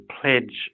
pledge